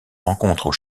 rencontrent